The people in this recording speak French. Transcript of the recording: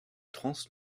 trans